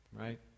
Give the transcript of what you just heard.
right